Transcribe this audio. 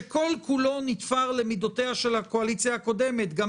שכל כולו נתפר למידותיה של הקואליציה הקודמת גם